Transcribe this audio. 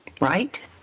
right